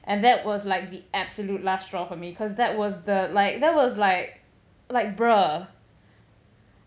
and that was like the absolute last straw for me cause that was the like that was like like bruh